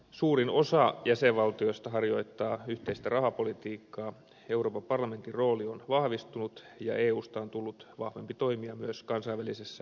suurin osa jäsenvaltioista harjoittaa yhteistä rahapolitiikkaa euroopan parlamentin rooli on vahvistunut ja eusta on tullut vahvempi toimija myös kansainvälisessä turvallisuuspolitiikassa